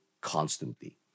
constantly